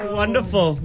wonderful